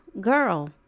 Girl